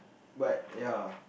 but ya